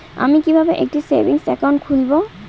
আমি কিভাবে একটি সেভিংস অ্যাকাউন্ট খুলব?